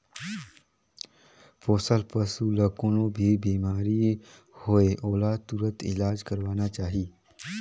पोसल पसु ल कोनों भी बेमारी होये ओला तुरत इलाज करवाना चाही